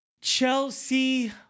Chelsea